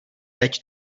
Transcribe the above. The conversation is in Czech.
teď